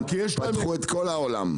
פתחו את כל העולם.